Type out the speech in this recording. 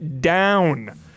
down